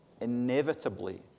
inevitably